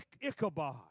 Ichabod